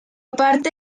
parte